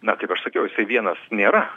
na kaip aš sakiau jisai vienas nėra